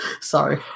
Sorry